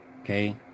Okay